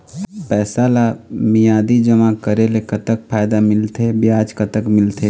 पैसा ला मियादी जमा करेले, कतक फायदा मिलथे, ब्याज कतक मिलथे?